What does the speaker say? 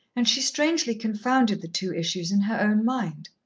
and she strangely confounded the two issues in her own mind.